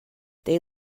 they